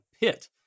Pit